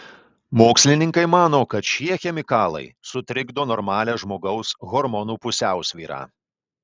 mokslininkai mano kad šie chemikalai sutrikdo normalią žmogaus hormonų pusiausvyrą